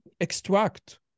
extract